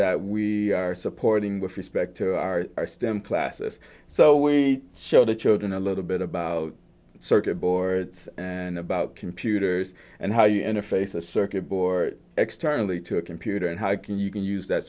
that we are supporting with respect to our stem classes so we show the children a little bit about circuit boards and about computers and how you interface a circuit board externally to a computer and how can you can use that